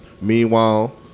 Meanwhile